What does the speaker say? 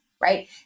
right